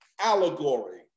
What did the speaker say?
allegory